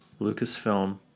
Lucasfilm